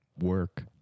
work